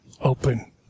open